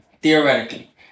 Theoretically